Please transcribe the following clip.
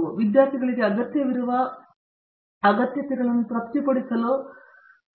ಈ ವಿದ್ಯಾರ್ಥಿಗಳಿಗೆ ಅಗತ್ಯವಿರುವ ಅಗತ್ಯತೆಗಳನ್ನು ತೃಪ್ತಿಪಡಿಸಲು